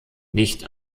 nicht